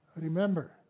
Remember